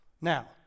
Now